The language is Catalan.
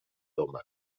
doma